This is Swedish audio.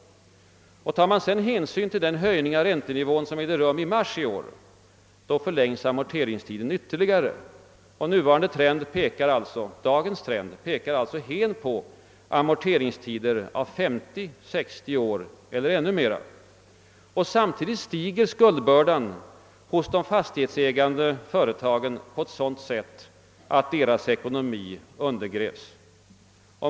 Tar man sedan hänsyn till den höjning av räntenivån som ägde rum i mars i år, förlängs amorteringstiden ytterligare. Nuvarande trend pekar alltså hän på amorteringstider av 50—60 år eller ännu mera. Samtidigt stiger skuldbördan hos de fastighetsägande företagen på sådant sätt att deras ekonomi undergrävs.